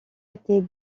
étaient